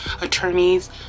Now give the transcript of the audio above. attorneys